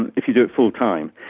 and if you do it full time.